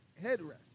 headrest